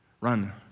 Run